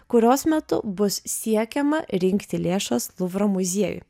kurios metu bus siekiama rinkti lėšas luvro muziejui